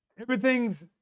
Everything's